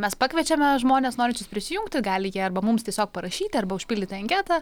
mes pakviečiame žmones norinčius prisijungti gali jie arba mums tiesiog parašyti arba užpildyti anketą